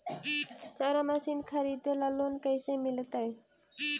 चारा मशिन खरीदे ल लोन कैसे मिलतै?